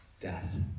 Death